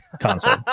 console